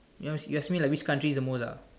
you you ask me like which country is the most ah